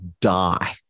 die